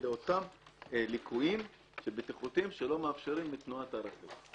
לאותם ליקויים בטיחותיים שלא מאפשרים את תנועת הרכב.